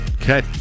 Okay